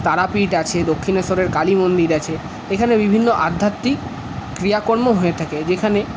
তারাপীঠ আছে দক্ষিণেশ্বরের কালী মন্দির আছে এখানে বিভিন্ন আধ্যাত্মিক ক্রিয়াকর্ম হয়ে থাকে যেখানে